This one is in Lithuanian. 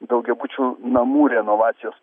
daugiabučių namų renovacijos